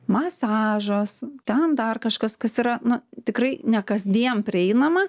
masažas ten dar kažkas kas yra na tikrai ne kasdien prieinama